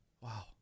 Wow